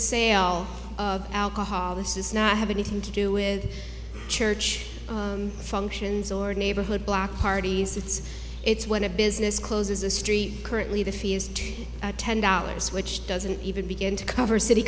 sale of alcohol this is not have anything to do with church functions or neighborhood block parties it's it's when a business closes a street currently the fee is ten dollars which doesn't even begin to cover city